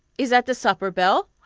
is that the supper bell?